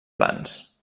plans